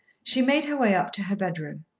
she made her way up to her bedroom.